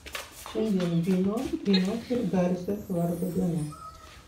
šiandien gino inos ir garsės vardo diena